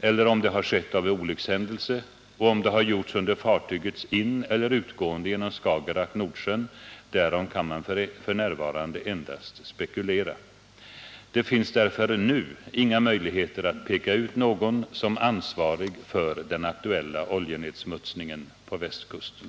eller om det har skett på grund av olyckshändelse och om det har gjorts under fartygets ineller utgående genom Skagerack-Nordsjön, därom kan man f. n. endast spekulera. Det finns därför nu inga möjligheter att peka ut någon som ansvarig för den aktuella oljenedsmutsningen på västkusten.